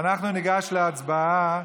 אנחנו ניגש להצבעה